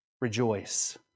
rejoice